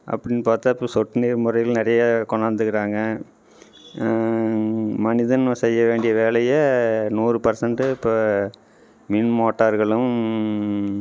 அப்படினு பார்த்தா இப்போ சொட்டு நீர் முறையில் நிறைய கொண்டாந்துருக்கிறாங்க மனிதன் செய்ய வேண்டிய வேலையை நூறு பர்சென்ட்டு இப்போ மின் மோட்டார்களும்